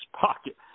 pocket